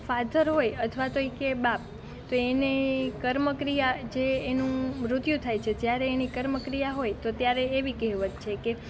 father હોય અથવા તો એ કે બાપ તો એને કર્મ ક્રિયા જે એનું મૃત્યુ થાય છે જ્યારે એની કર્મ ક્રિયા હોય તો ત્યારે એવી કહેવત છે કે